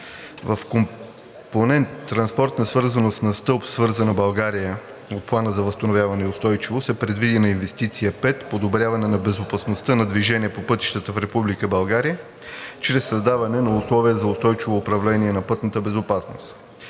В компонент „Транспортна свързаност“ на стълб „Свързана България“ от Плана за възстановяване и устойчивост е предвидена инвестиция 5 – Подобряване на безопасността на движение по пътищата в Република България чрез създаване на условия за устойчиво управление на пътната безопасност.